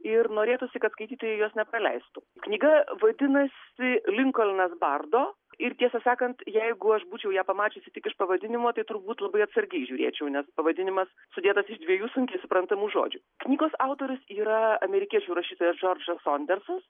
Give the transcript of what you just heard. ir norėtųsi kad skaitytojai jos nepraleistų knyga vadinasi linkolnas bardo ir tiesą sakant jeigu aš būčiau ją pamačiusi tik iš pavadinimo tai turbūt labai atsargiai žiūrėčiau nes pavadinimas sudėtas iš dviejų sunkiai suprantamų žodžių knygos autorius yra amerikiečių rašytojas džordžas sondersas